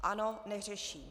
Ano, neřeší.